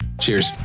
Cheers